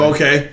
Okay